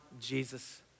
Jesus